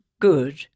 Good